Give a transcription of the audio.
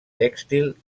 tèxtil